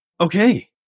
Okay